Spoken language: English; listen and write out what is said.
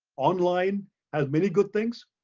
online has many good things,